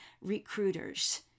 recruiters